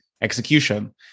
execution